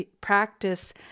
practice